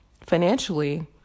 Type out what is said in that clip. financially